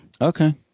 Okay